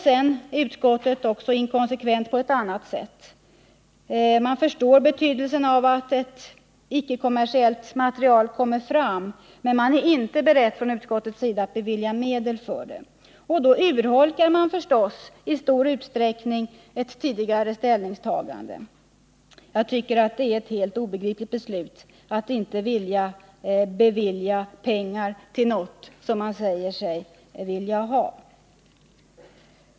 Sedan är utskottet inkonsekvent också på ett annat sätt: man förstår betydelsen av att icke-kommersiellt material kommer fram, men man är inte beredd att bevilja medel för det. Då urholkar man naturligtvis i stor utsträckning sitt tidigare ställningstagande. Det är ett helt obegripligt beslut, när man inte beviljar pengar till något som man säger sig vilja ha.